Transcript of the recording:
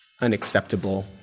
unacceptable